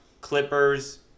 Clippers